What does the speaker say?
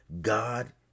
God